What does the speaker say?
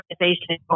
organization